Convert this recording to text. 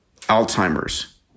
Alzheimer's